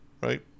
right